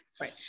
Right